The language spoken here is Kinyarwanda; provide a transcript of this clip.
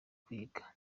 kwiga